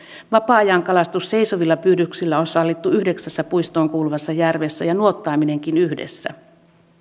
vapaa ajan kalastus seisovilla pyydyksillä on sallittu yhdeksässä puistoon kuuluvassa järvessä ja nuottaaminenkin yhdessä